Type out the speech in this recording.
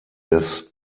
des